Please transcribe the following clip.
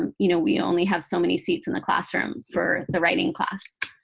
um you know, we only have so many seats in the classroom for the writing class.